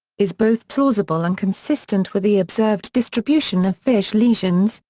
is both plausible and consistent with the observed distribution of fish lesions,